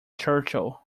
churchill